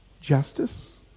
justice